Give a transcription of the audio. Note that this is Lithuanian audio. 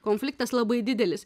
konfliktas labai didelis